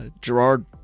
gerard